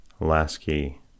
Lasky